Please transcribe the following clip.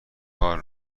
کار